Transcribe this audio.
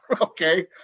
okay